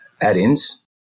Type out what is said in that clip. add-ins